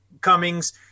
Cummings